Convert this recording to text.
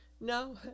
no